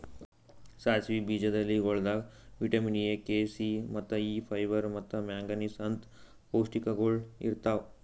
ಸಾಸಿವಿ ಬೀಜದ ಎಲಿಗೊಳ್ದಾಗ್ ವಿಟ್ಯಮಿನ್ ಎ, ಕೆ, ಸಿ, ಮತ್ತ ಇ, ಫೈಬರ್ ಮತ್ತ ಮ್ಯಾಂಗನೀಸ್ ಅಂತ್ ಪೌಷ್ಟಿಕಗೊಳ್ ಇರ್ತಾವ್